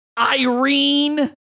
Irene